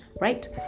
right